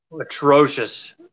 atrocious